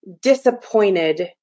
disappointed